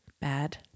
Bad